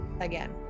again